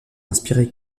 inspiré